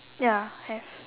ya have